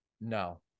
No